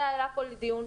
זה היה כל הדיון.